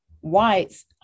whites